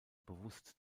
bewusst